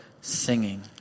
singing